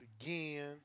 again